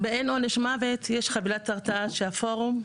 באין עונש מוות, יש חבילת הרתעה שהפורום הרכיב,